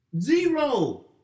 Zero